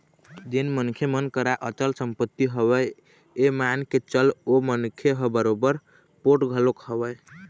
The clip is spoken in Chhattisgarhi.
जेन मनखे मन करा अचल संपत्ति हवय ये मान के चल ओ मनखे ह बरोबर पोठ घलोक हवय